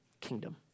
kingdom